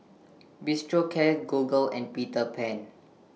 Bistro Cat Google and Peter Pan